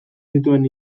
zituen